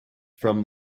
from